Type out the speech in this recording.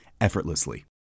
effortlessly